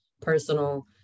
personal